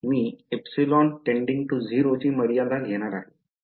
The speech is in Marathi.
मी ε tending to 0 ची मर्यादा घेणार आहे